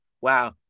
Wow